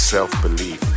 self-belief